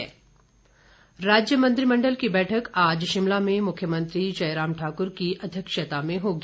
मुख्यमंत्री राज्य मंत्रिमंडल की बैठक आज शिमला में मुख्यमंत्री जयराम ठाक्र की अध्यक्षता में होगी